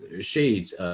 shades